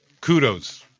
Kudos